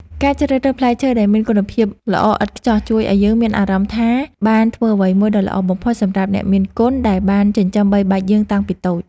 ការជ្រើសរើសផ្លែឈើដែលមានគុណភាពល្អឥតខ្ចោះជួយឱ្យយើងមានអារម្មណ៍ថាបានធ្វើអ្វីមួយដ៏ល្អបំផុតសម្រាប់អ្នកមានគុណដែលបានចិញ្ចឹមបីបាច់យើងមកតាំងពីតូច។